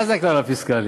מה זה הכלל הפיסקלי?